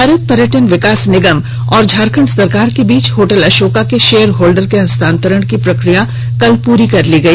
भारत पर्यटन विकास निगम और झारखंड सरकार के बीच होटल अशोका के शेयर होल्डर के हस्तांतरण की प्रक्रिया कल पूरी कर ली गई